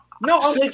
No